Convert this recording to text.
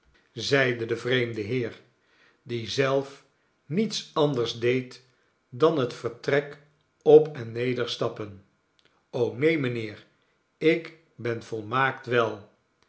zeide de vreemde heer die zelf niets anders deed dan het vertrek op en neder stappen neen mijnheer ik ben volmaakt wel